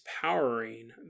powering